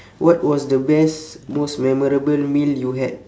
what was the best most memorable meal you had